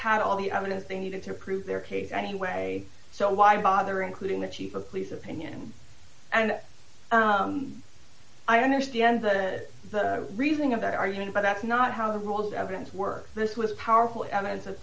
had all the evidence they needed to prove their case anyway so why bother including the chief of police of opinion and i understand the reasoning of that argument but that's not how the rule of evidence works this was powerful evidence of